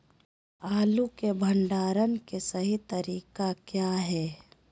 आलू के भंडारण के सही तरीका क्या है?